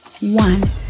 one